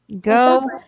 Go